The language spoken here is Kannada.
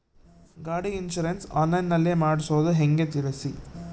ಗಾಡಿ ಇನ್ಸುರೆನ್ಸ್ ಆನ್ಲೈನ್ ನಲ್ಲಿ ಮಾಡ್ಸೋದು ಹೆಂಗ ತಿಳಿಸಿ?